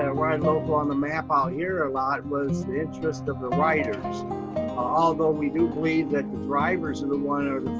ah ride local, on the map out here a lot was interest of the riders although we do believe that drivers are the one that